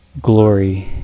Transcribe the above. glory